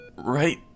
Right